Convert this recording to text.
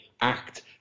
act